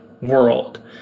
world